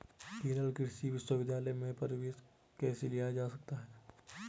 केरल कृषि विश्वविद्यालय में प्रवेश कैसे लिया जा सकता है?